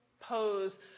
pose